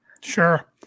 Sure